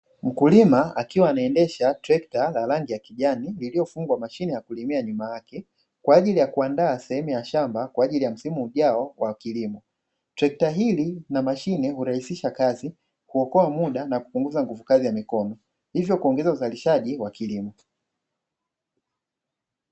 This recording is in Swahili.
Mkulima akiwa anaendesha trekta la rangi ya kijani lililofungwa mashine ya kulimia nyuma yake kwa ajili ya kuandaa sehemu ya shamba kwa ajili ya msimu ujao wa kilimo, trekta hii na mashine hurahisisha kazi, huokoa muda na kupunguza nguvu kazi ya mikono hivyo kuongeza uzalishaji wa kilimo.